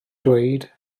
dweud